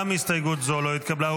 גם הסתייגות זו לא התקבלה.